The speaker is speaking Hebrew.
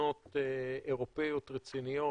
במדינות אירופיות רציניות,